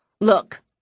Look